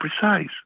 precise